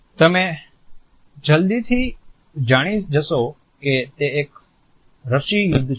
તમે જલ્દીથી જાણી જશો કે તે એક રસ્સી યુદ્ધ છે